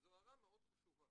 וזו הערה מאוד חשובה,